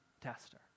Tester